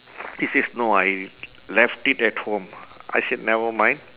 he says no I left it at home I said never mind